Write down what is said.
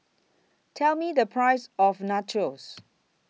Tell Me The Price of Nachos